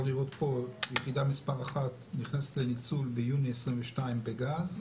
לראות פה את יחידה מספר 1 נכנסת לניצול ביוני 2022 בגז.